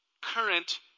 current